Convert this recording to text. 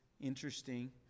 interesting